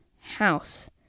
house